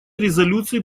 резолюции